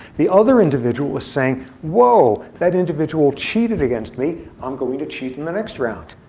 the other individual was saying whoa, that individual cheated against me. i'm going to cheat in the next round.